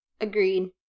Agreed